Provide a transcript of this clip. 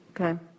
Okay